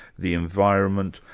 the environment,